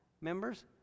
members